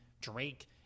drake